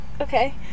Okay